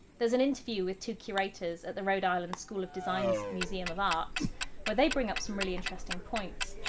there's an interview with two curators at the rhode island school of design so museum of art where they bring up some really interesting points.